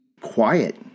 quiet